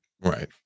Right